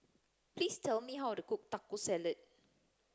please tell me how to cook Taco Salad